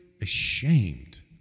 ashamed